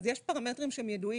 אז יש פרמטרים שהם ידועים.